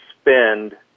spend